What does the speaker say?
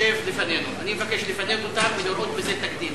אני מבקש לפנות אותם ולראות בזה תקדים,